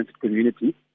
community